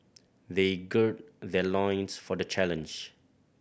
they gird their loins for the challenge